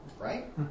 Right